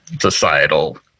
societal